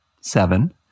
seven